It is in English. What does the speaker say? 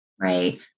Right